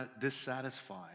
dissatisfied